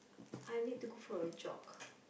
I need to go for a jog